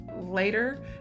later